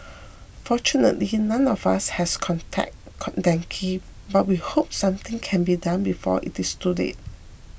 fortunately none of us has contracted dengue but we hope something can be done before it's too late